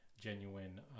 genuine